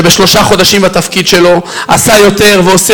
שבשלושה חודשים בתפקיד שלו עשה יותר ועושה